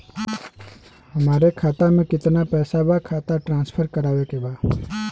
हमारे खाता में कितना पैसा बा खाता ट्रांसफर करावे के बा?